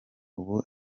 ubu